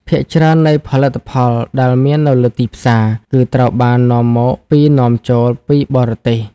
ភាគច្រើននៃផលិតផលដែលមាននៅលើទីផ្សារ គឺត្រូវបាននាំមកពីនាំចូលពីបរទេស។